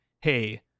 hey